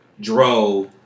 Drove